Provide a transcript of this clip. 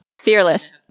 Fearless